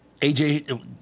AJ